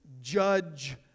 judge